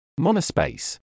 Monospace